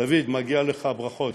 דוד, מגיעות לך ברכות.